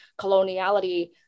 coloniality